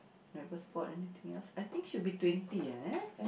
never spot anything else I think should be twenty ah eh